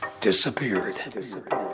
disappeared